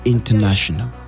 International